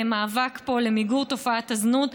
מאבק פה למיגור תופעת הזנות.